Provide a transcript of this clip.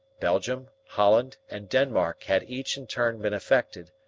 belgium, holland, and denmark had each in turn been affected.